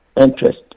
interest